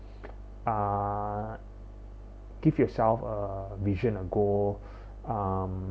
uh give yourself uh vision a goal um